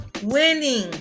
winning